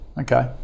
Okay